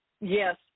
Yes